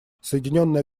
соединенное